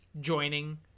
joining